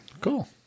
Cool